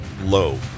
Low